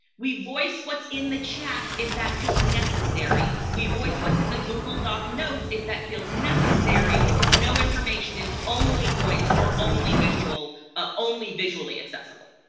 we voice what's in the chat if that feels necessary, we voice what's in the google doc notes if that feels necessary. no information is only voiced or only ah only visually accessible.